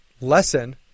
lesson